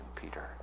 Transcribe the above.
Peter